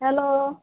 hello